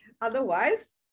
otherwise